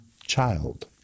child